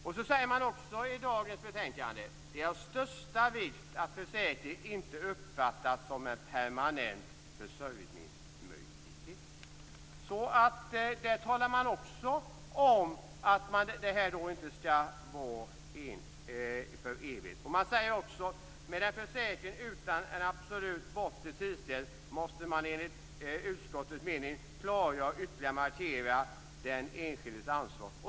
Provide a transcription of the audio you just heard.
Man skriver också följande i dagens betänkande. "Det är av största vikt att försäkringen inte uppfattas som en permanent försörjningsmöjlighet". Där talar man också om att det inte skall vara för evigt. Man skriver också följande: "Med en försäkring utan en absolut bortre tidsgräns måste man enligt utskottets mening också på olika sätt klargöra och ytterligare markera den enskildes ansvar".